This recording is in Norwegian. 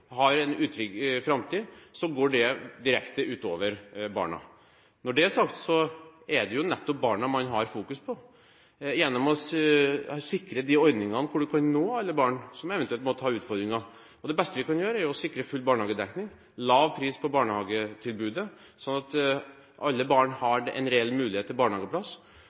har en utrygg framtid, går det direkte ut over barna. Når det er sagt, er det nettopp barna man må fokusere på gjennom å sikre de ordningene som når alle barna. Det er der vi eventuelt må ta utfordringen. Det beste vi kan gjøre, er å sikre full barnehagedekning og lav pris på barnehagetilbudet, sånn at alle barn har en reell mulighet til barnehageplass.